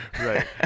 right